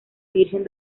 virgen